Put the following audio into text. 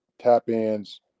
tap-ins